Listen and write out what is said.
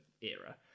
era